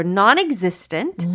non-existent